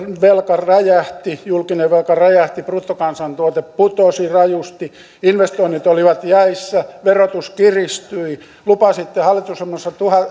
velka räjähti julkinen velka räjähti bruttokansantuote putosi rajusti investoinnit olivat jäissä verotus kiristyi lupasitte hallitusohjelmassa